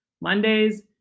mondays